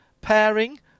pairing